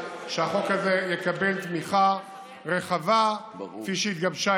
שהחוק הזה יקבל תמיכה רחבה כפי שהתגבשה